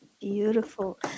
Beautiful